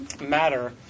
matter